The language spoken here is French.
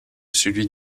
celui